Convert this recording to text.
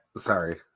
Sorry